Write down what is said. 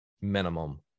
minimum